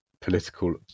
political